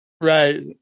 right